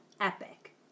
epic